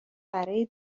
برای